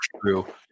true